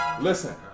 Listen